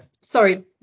sorry